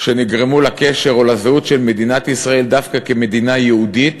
שנגרמו לקשר או לזהות של מדינת ישראל דווקא כמדינה יהודית,